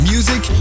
Music